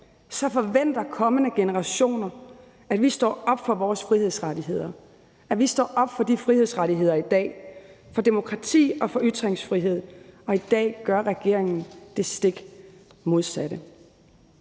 forventer kommende generationer, at vi i dag står op for vores frihedsrettigheder, for demokrati og for ytringsfrihed, og i dag gør regeringen det stik modsatte.